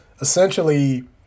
essentially